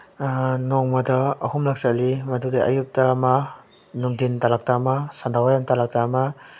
ꯅꯣꯡꯃꯗ ꯑꯍꯨꯝꯂꯛ ꯆꯠꯂꯤ ꯃꯗꯨꯗꯤ ꯑꯌꯨꯛꯇ ꯑꯃ ꯅꯨꯡꯊꯤꯜ ꯇꯥꯂꯛꯇ ꯑꯃ ꯁꯟꯗ꯭ꯌꯥ ꯋꯥꯏꯔꯝ ꯇꯥꯂꯛꯇ ꯑꯃ